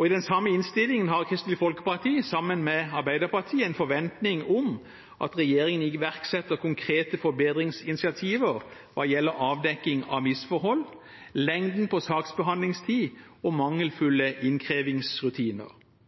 I den samme innstillingen har Kristelig Folkeparti sammen med Arbeiderpartiet en forventning om at regjeringen iverksetter konkrete forbedringsinitiativer hva gjelder avdekking av misforhold, lengden på saksbehandlingstid og mangelfulle innkrevingsrutiner.